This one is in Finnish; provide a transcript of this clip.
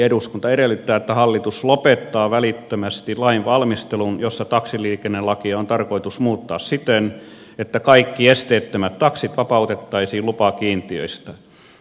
eduskunta edellyttää että hallitus lopettaa välittömästi lainvalmistelun jossa taksiliikennelakia on tarkoitus muuttaa siten että kaikki esteettömät taksit vapautettaisiin lupakiintiöistä